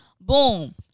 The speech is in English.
Boom